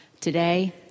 Today